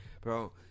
bro